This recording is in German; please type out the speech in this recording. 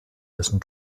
dessen